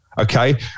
okay